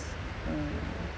mm